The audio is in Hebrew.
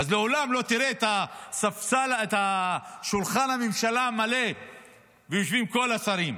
אז לעולם לא תראה את שולחן הממשלה מלא ויושבים כל השרים.